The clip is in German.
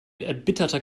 erbitterter